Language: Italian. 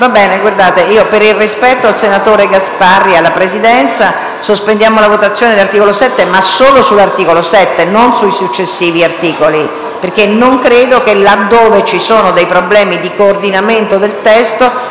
Colleghi, per rispetto al senatore Gasparri e alla Presidenza, sospendo la votazione dell'articolo 7, ma solo sull'articolo 7 e non sui successivi, perché non credo, laddove ci siano dei problemi di coordinamento del testo,